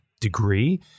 degree